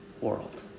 world